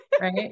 right